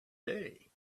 day